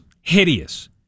hideous